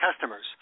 customers